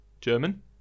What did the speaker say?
German